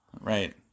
Right